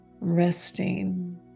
resting